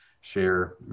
share